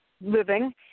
living